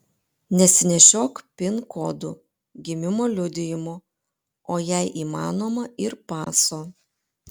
nesinešiok pin kodų gimimo liudijimo o jei įmanoma ir paso